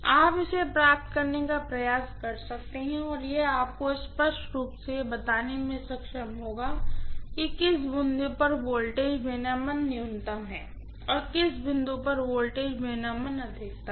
आप इसे प्राप्त करने का प्रयास कर सकते हैं और यह आपको स्पष्ट रूप से यह बताने में सक्षम होगा कि किस बिंदु पर वोल्टेज रेगुलेशन न्यूनतम है और किस बिंदु पर वोल्टेज रेगुलेशन अधिकतम है